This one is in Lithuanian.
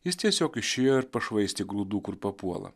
jis tiesiog išėjo ir pašvaistė grūdų kur papuola